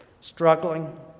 struggling